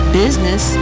business